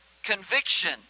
Conviction